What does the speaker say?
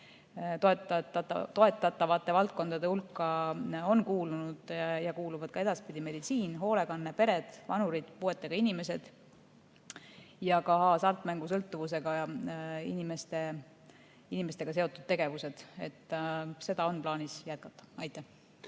toetatavate valdkondade hulka on kuulunud ja kuuluvad ka edaspidi meditsiin, hoolekanne, pered, vanurid ja puuetega inimesed ja ka hasartmängusõltuvusega inimestega seotud tegevused. Seda on plaanis jätkata. Aitäh!